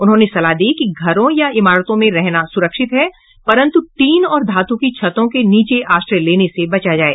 उन्होंने सलाह दी कि घरों या इमारतों में रहना सुरक्षित है परंतु टीन और धातु की छतों के नीचे आश्रय लेने से बचा जाए